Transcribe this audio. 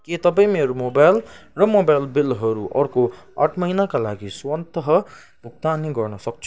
के तपाईँ मेरो मोबाइल र मोबाइल बिलहरू अर्को आठ महिनाका लागि स्वतः भुक्तानी गर्न सक्छु